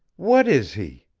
what is he?